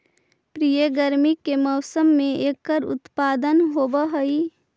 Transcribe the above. प्रायः गर्मी के मौसम में एकर उत्पादन होवअ हई